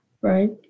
right